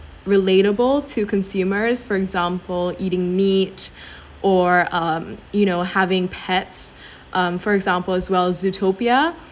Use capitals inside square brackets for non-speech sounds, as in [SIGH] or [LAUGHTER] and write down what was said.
relatable to consumers for example eating meat [BREATH] or um you know having pets [BREATH] um for example as well as zootopia